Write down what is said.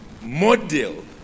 model